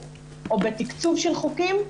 או בתקצוב של חוקים,